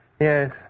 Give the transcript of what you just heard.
Yes